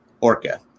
Orca